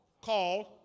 called